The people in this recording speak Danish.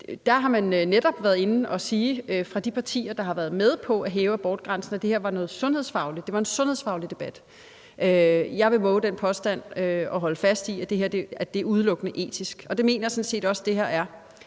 med abortlovgivning, og der har de partier, der har været med på at hæve abortgrænsen, netop været inde at sige, at det her var noget sundhedsfagligt, at det var en sundhedsfaglig debat. Jeg vil vove den påstand og holde fast i, at det her udelukkende er etisk, og det mener jeg sådan set også, at det her er.